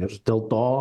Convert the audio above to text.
ir dėl to